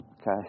okay